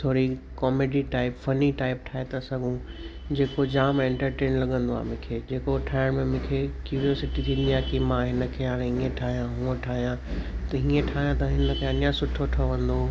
थोरी comedy type funny type ठाहे था सघूं जे को जाम एन्टरटेइन लॻंदो आहे मूंखे जे को ठाहिण में मूंखे कीरियोसिटी थींदी आहे कि मां हिनखे हाणे हीअं ठाहियां हूअं ठाहियां त हीअं ठाहियां त हिनखे अञा सुठो ठहंदो